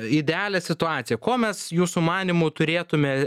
idealią situaciją ko mes jūsų manymu turėtume